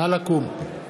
נא לקום.